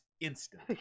instant